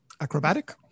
Acrobatic